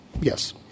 yes